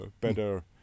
better